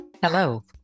Hello